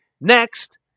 next